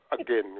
again